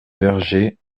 vergers